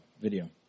video